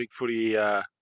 Bigfooty